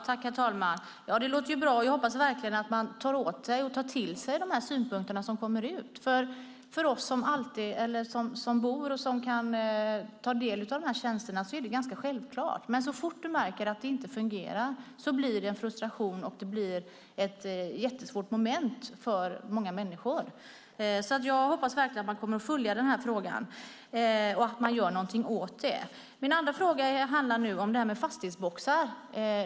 Herr talman! Ja, det låter ju bra. Jag hoppas verkligen att man tar till sig de här synpunkterna som kommer fram. För oss som kan ta del av de här tjänsterna är det ganska självklart, men så fort vi märker att det inte fungerar blir det en frustration och ett jättesvårt moment för många människor. Jag hoppas alltså verkligen att man kommer att följa denna fråga och att man gör någonting åt detta. Min andra fråga handlar om fastighetsboxar.